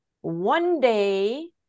one-day